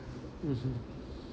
mmhmm